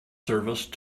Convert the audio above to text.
service